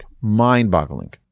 mind-boggling